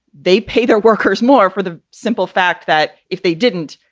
they pay their workers more for the simple fact that if they didn't,